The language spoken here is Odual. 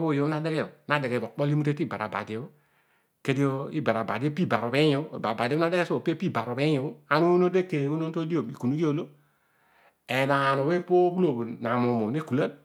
bho ooy obho na deghe bho na deghe mokpolo imute tibarabachi o kedio ibar abadi no deghe pi ibarubhiiy obho ana uunon tekeiy uunon todion ikunughi oolo enaan opo oobhuloo na muumo nekulan